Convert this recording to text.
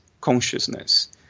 consciousness